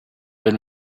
been